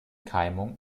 keimung